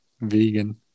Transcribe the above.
vegan